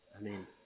Amen